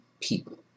people